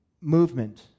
movement